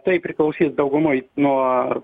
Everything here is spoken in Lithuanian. tai priklausys daugumoj nuo